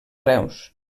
reus